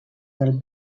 del